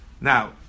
Now